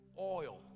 oil